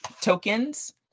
tokens